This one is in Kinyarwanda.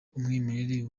umwimerere